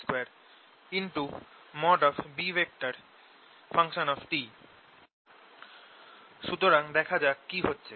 সুতরাং দেখা যাক কি হচ্ছে